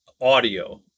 audio